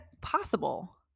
possible